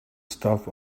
stuff